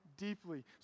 deeply